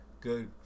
Good